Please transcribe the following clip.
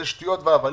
זה שטויות והבלים.